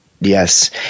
yes